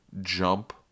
jump